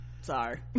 Sorry